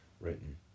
written